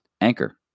Anchor